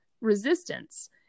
resistance